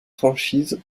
franchise